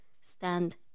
stand